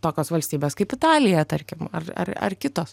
tokios valstybės kaip italija tarkim ar ar ar kitos